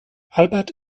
albert